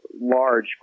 large